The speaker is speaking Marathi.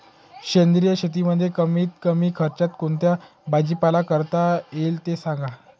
सेंद्रिय शेतीमध्ये कमीत कमी खर्चात कोणता भाजीपाला करता येईल ते सांगा